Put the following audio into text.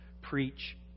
preach